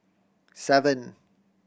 seven